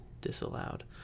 disallowed